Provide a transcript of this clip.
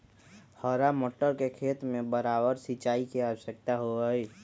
हरा मटर के खेत में बारबार सिंचाई के आवश्यकता होबा हई